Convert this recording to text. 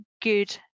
good